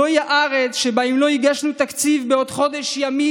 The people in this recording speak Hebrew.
/ זוהי הארץ שבה אם לא נגיש תקציב בעוד חודש ימים,